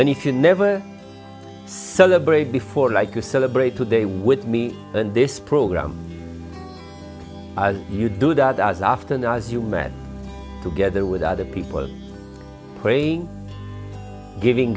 you can never celebrate before like to celebrate today with me and this program you do that as often as you men together with other people praying giving